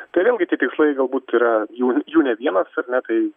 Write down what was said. tai vėlgi tie tikslai galbūt yra jų jų ne vienas ar ne tai